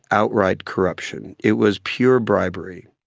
outright corruption, it was pure bribery.